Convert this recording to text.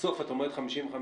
בסוף כשאת אומרת 55%,